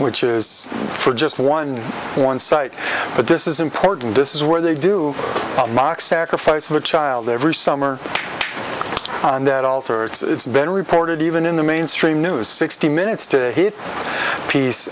which is for just one one site but this is important this is where they do a mock sacrifice of a child every summer on that altar it's been reported even in the mainstream news sixty minutes to a hit piece